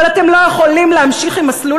אבל אתם לא יכולים להמשיך את מסלול